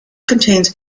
contains